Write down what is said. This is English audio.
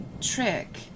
trick